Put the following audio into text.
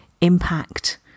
impact